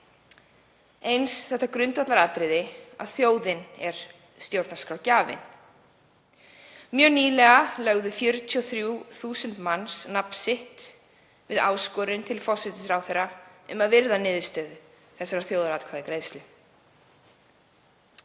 2012. Grundvallaratriðið er að þjóðin er stjórnarskrárgjafinn. Mjög nýlega lögðu 43.000 manns nafn sitt við áskorun til forsætisráðherra um að virða niðurstöðu þessarar þjóðaratkvæðagreiðslu.